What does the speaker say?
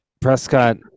Prescott